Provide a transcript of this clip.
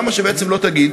למה שבעצם לא תגיד,